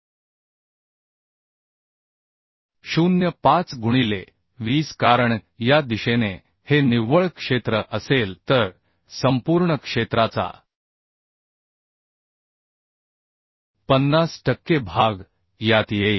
0 5 गुणिले 20 कारण या दिशेने हे निव्वळ क्षेत्र असेल तर संपूर्ण क्षेत्राचा 50 टक्के भाग यात येईल